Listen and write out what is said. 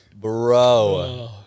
Bro